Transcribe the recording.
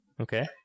Okay